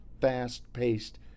fast-paced